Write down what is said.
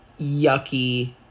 yucky